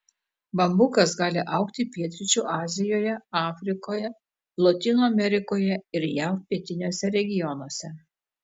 bambukas gali augti pietryčių azijoje afrikoje lotynų amerikoje ir jav pietiniuose regionuose